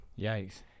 Yikes